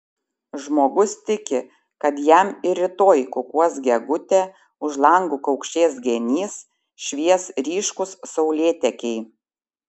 žmogus tiki kad jam ir rytoj kukuos gegutė už lango kaukšės genys švies ryškūs saulėtekiai